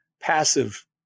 passive